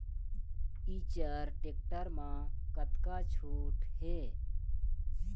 Eicher tractor म कतका छूट हे?